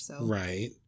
Right